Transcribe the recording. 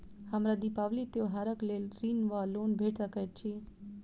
हमरा दिपावली त्योहारक लेल ऋण वा लोन भेट सकैत अछि?